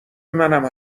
منم